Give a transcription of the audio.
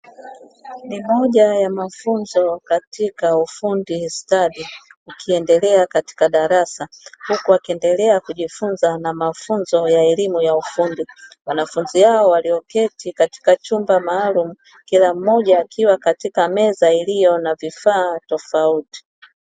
Ni moja ya mafunzo katika ufundi stadi ukiendelea katika darasa huku wakiendelea kujifunza na mafunzo ya elimu ya ufundi, wanafunzi hao walioketi katika chumba maalumu kila mmoja akiwa katika meza iliyo na vifaa tofauti.